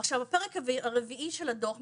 את הפרק הרביעי של הדו"ח,